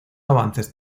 avances